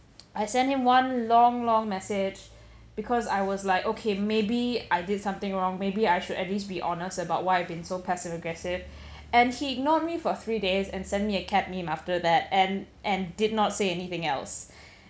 I sent him one long long message because I was like okay maybe I did something wrong maybe I should at least be honest about why I have been so passive aggressive and he ignored me for three days and send me a cat meme after that and and did not say anything else